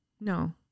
No